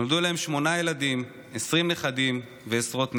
נולדו להם שמונה ילדים, 20 נכדים ועשרות נינים.